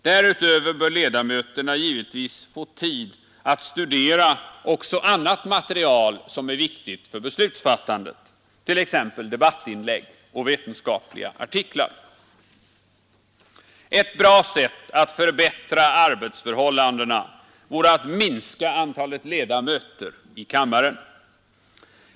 Därutöver bör ledamöterna givetvis få tid att studera också annat material som är viktigt för beslutsfattandet, t.ex. debattinlägg och vetenskapliga artiklar. Ett bra sätt att förbättra arbetsförhållandena vore att minska antalet ledamöter i kammaren.